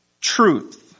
truth